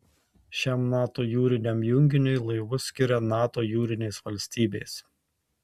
šiam nato jūriniam junginiui laivus skiria nato jūrinės valstybės